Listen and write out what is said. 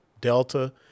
Delta